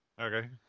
Okay